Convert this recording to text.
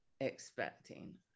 expecting